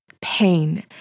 pain